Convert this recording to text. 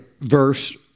verse